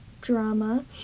drama